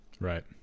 Right